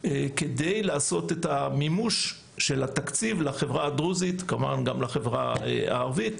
כדי לעשות את המימוש של התקציב לחברה הדרוזית ולחברה הערבית,